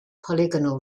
polygonal